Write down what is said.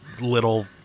little